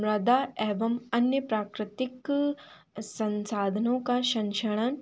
मृदा एवं अन्य प्राकृतिक संसाधनों का संरक्षण